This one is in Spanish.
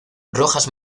rojas